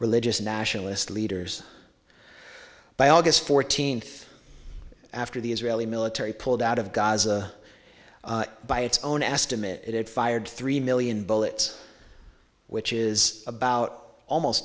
religious nationalist leaders by august fourteenth after the israeli military pulled out of gaza by its own estimate it fired three million bullets which is about almost